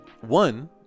One